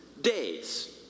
Days